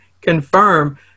confirm